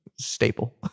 Staple